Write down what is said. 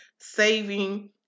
saving